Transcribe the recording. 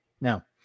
Now